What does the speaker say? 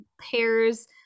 pairs –